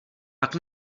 pak